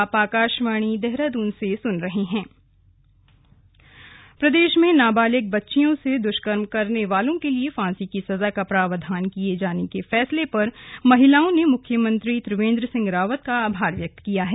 आभार प्रदेश में नाबालिक बच्चियों से दुष्कर्म करने वालों के लिए फांसी की सजा का प्रावधान किए जाने के फैसले पर महिलाओं ने मुख्यमंत्री त्रिवेन्द्र सिंह रावत का आभार व्यक्त किया है